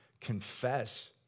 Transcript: confess